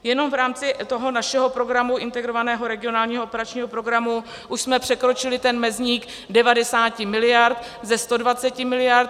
Jenom v rámci toho našeho programu, Integrovaného regionálního operačního programu, už jsme překročili ten mezník 90 mld. ze 120 mld.